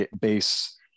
base